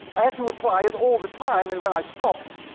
i had to apply it all the time, and when i stopped,